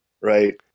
Right